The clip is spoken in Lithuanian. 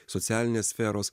socialinės sferos